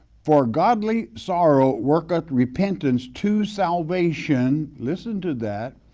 for godly sorrow worketh repentance to salvation. listen to that,